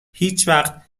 هیچوقت